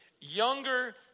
Younger